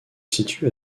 situe